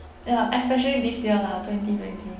ya especially this year lah twenty twenty